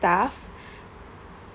stuff